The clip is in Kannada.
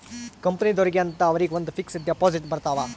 ಕಂಪನಿದೊರ್ಗೆ ಅಂತ ಅವರಿಗ ಒಂದ್ ಫಿಕ್ಸ್ ದೆಪೊಸಿಟ್ ಬರತವ